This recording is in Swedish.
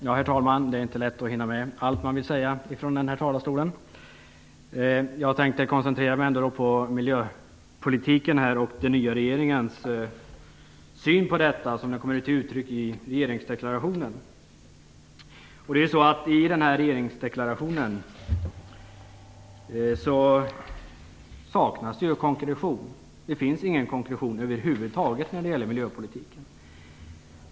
Herr talman! Det är inte lätt att hinna med allt man vill säga från denna talarstol. Jag tänkte koncentrera mig på den nya regeringens syn på miljöpolitiken som den kommer till uttryck i regeringsdeklarationen. Det saknas konkretion i regeringsdeklarationen. Det finns ingen konkretion över huvud taget när det gäller miljöpolitiken.